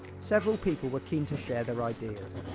several people were keen to share their ideas.